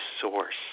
source